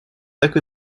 так